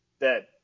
dead